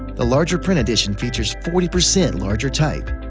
the larger print edition features forty percent larger type,